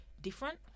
different